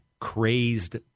crazed